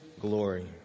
glory